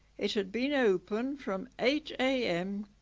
it had been open from eight a m.